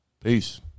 Peace